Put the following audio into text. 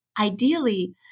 Ideally